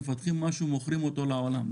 מפתחים משהו ומוכרים אותו לעולם.